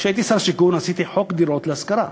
כשהייתי שר השיכון עשיתי חוק דירות להשכרה.